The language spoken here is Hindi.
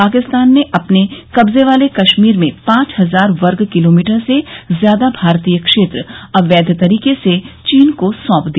पाकिस्तान ने अपने कब्जे वाले कश्मीर में पांच हजार वर्ग किलोमीटर से ज्यादा भारतीय क्षेत्र अवैध तरीके से चीन को सौंप दिया